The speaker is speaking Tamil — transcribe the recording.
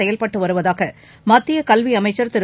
செயல்பட்டு வருவதாக மத்திய கல்வி அமைச்சர் திரு